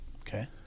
Okay